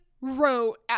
wrote